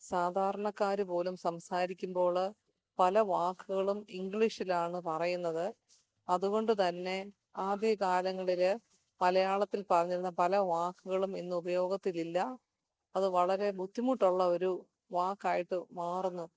സാധാരണക്കാർ പോലും സംസാരിക്കുമ്പോൾ പല വാക്കുകളും ഇംഗ്ലീഷിലാണ് പറയുന്നത് അതുകൊണ്ടുതന്നെ ആദ്യകാലങ്ങളിൽ മലയാളത്തിൽ പറഞ്ഞിരുന്ന പല വാക്കുകളും ഇന്ന് ഉപയോഗത്തിലില്ല അത് വളരെ ബുദ്ധിമുട്ടുള്ള ഒരു വാക്കായിട്ട് മാറുന്നു